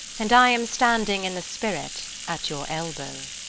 and i am standing in the spirit at your elbow.